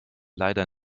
leider